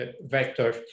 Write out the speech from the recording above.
vector